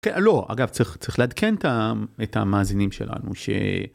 לא, אגב, צריך לעדכן את המאזינים שלנו ש...